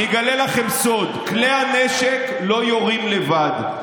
אני אגלה לך סוד: כלי הנשק לא יורים לבד,